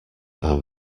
are